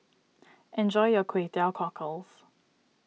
enjoy your Kway Teow Cockles